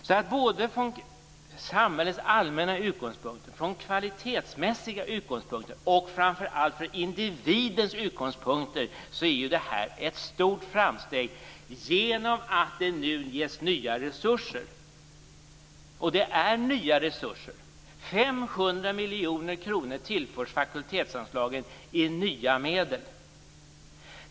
Allmänt från samhällets utgångspunkt, från kvalitetsmässig utgångspunkt och, framför allt, från individens utgångspunkt är detta ett stort framsteg genom att det nu ges nya resurser. 500 miljoner kronor tillförs fakulteternas anslag i nya medel.